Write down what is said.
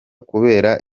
kubera